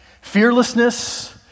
fearlessness